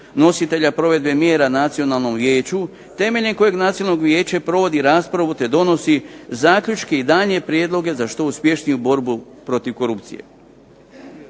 nositelja provedbe mjera Nacionalnom vijeću temeljem kojeg Nacionalno vijeće provodi raspravu te donosi zaključke i daljnje prijedloge za što uspješniju borbu protiv korupcije.